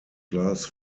class